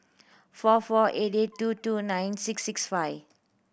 four four eight two two nine six six five